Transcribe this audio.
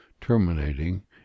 terminating